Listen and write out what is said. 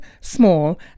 small